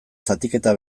zatiketa